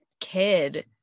kid